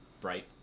bright